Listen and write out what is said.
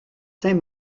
saint